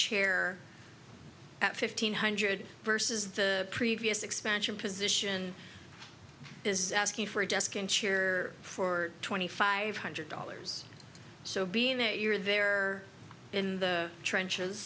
chair at fifteen hundred versus the previous expansion position is asking for a desk and cheer for twenty five hundred dollars so being that you're there in the trenches